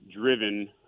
driven